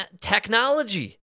technology